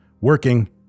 Working